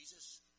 Jesus